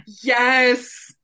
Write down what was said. Yes